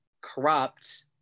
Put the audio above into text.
corrupt